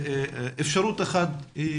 אפשרות אחת היא